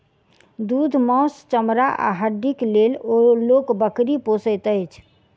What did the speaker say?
दूध, मौस, चमड़ा आ हड्डीक लेल लोक बकरी पोसैत अछि